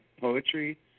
Poetry